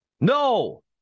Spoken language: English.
No